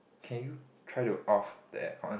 can you try to off the air con